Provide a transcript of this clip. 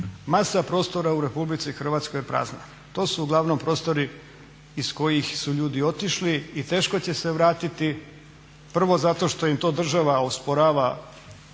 Masa prostora u RH je prazna. To su uglavnom prostori iz kojih su ljudi otišli i teško će se vratiti, prvo zato što im to država osporava